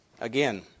Again